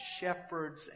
shepherds